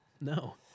no